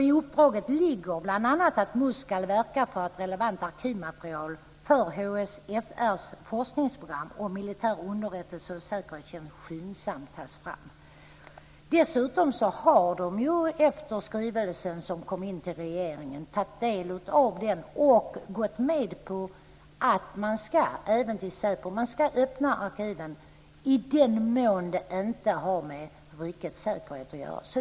I uppdraget ligger bl.a. att MUST ska verka för att relevant arkivmaterial för HSFR:s forskningsprogram om militär underrättelsetjänst skyndsamt tas fram. Dessutom har de enligt skrivelsen som kom in till regeringen tagit del av det och gått med på att man ska öppna arkiven i den mån det inte har med rikets säkerhet att göra.